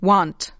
Want